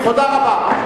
תודה רבה.